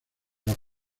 las